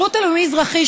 השירות הלאומי-אזרחי,